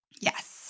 Yes